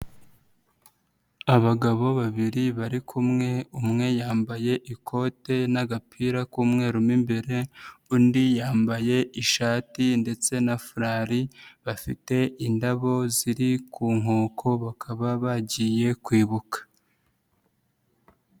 Abagabo babiri bari kumwe, umwe yambaye ikote n'agapira k'umweru mo imbere, undi yambaye ishati ndetse na furari bafite indabo ziri ku nkoko bakaba bagiye kwibuka.